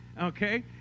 Okay